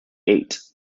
eight